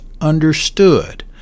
understood